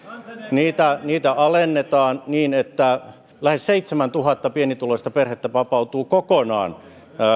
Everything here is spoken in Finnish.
alennetaan niin että lähes seitsemäntuhatta pienituloista perhettä vapautuu kokonaan